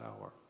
hour